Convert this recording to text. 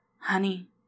Honey